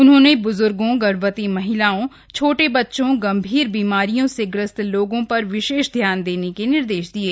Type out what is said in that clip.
उन्होंने ब्ज्र्गों गर्भवती महिलाओं छोटे बच्चों गम्भीर बीमारियों से ग्रस्त लोगों पर विशेष ध्यान दिने के निर्देश दिये